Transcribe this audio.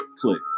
Click